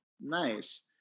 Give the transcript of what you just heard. Nice